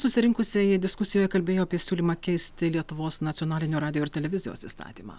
susirinkusieji diskusijoje kalbėjo apie siūlymą keisti lietuvos nacionalinio radijo ir televizijos įstatymą